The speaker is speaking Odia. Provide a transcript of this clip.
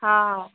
ହଁ